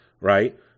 right